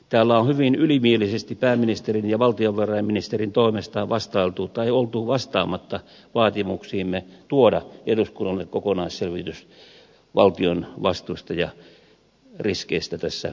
täällä on hyvin ylimielisesti pääministerin ja valtiovarainministerin toimesta vastailtu tai oltu vastaamatta vaatimuksiimme tuoda eduskunnalle kokonaisselvitys valtion vastuista ja riskeistä tässä eurokriisissä